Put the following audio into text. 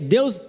Deus